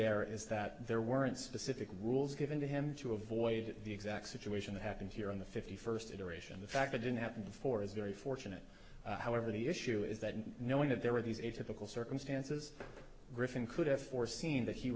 there is that there weren't specific rules given to him to avoid the exact situation that happened here in the fifty first iteration the fact that didn't happen before is very fortunate however the issue is that and knowing that there were these atypical circumstances griffin could have foreseen that he